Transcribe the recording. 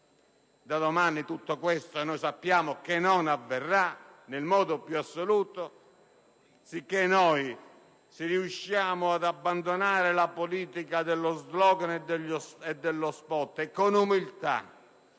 da domani tutto questo non avverrà nel modo più assoluto sicché noi, se riusciamo ad abbandonare la politica dello *slogan* e dello *spot* e con umiltà